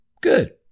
good